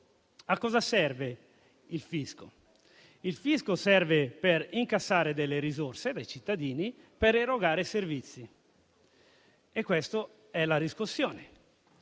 A cosa serve il fisco? Serve a incassare risorse dai cittadini per erogare servizi, e questa è la riscossione.